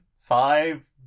five